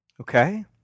Okay